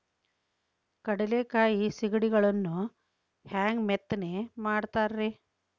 ಕಡಲೆಕಾಯಿ ಸಿಗಡಿಗಳನ್ನು ಹ್ಯಾಂಗ ಮೆತ್ತನೆ ಮಾಡ್ತಾರ ರೇ?